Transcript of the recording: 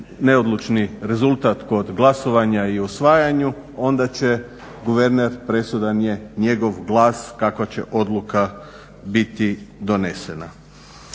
neodlučni rezultat kod glasovanja i usvajanju onda će guverner presudan je njegov glas kakva će odluka biti donesena.